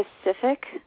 specific